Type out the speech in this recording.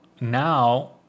now